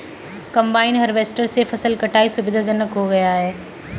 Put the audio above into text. combine harvester से फसल कटाई सुविधाजनक हो गया है